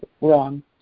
wrong